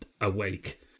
awake